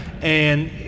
And-